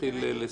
ונתחיל לסכם.